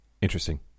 interesting